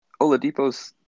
Oladipo's